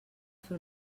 fer